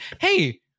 hey